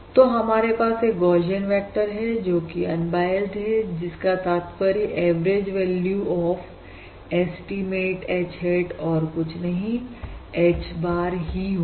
तो हमारे पास एक गौशियन वेक्टर है जोकि अन बायस है जिसका तात्पर्य average value of estimate H hat और कुछ नहीं H bar ही होगी